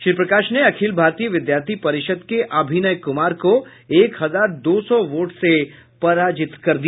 श्री प्रकाश ने अखिल भारतीय विद्यार्थी परिषद के अभिनय कुमार को एक हजार दो सौ वोट से पराजित किया